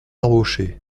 embaucher